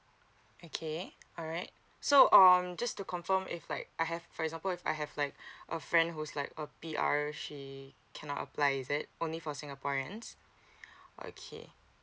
okay alright so um just to confirm if like I have for example if I have like a friend who's like a pr she cannot apply is it only for singaporeans okay